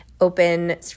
open